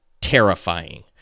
terrifying